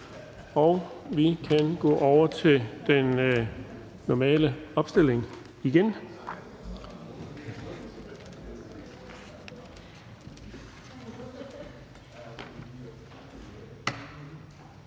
Vi går over til den normale opstilling igen,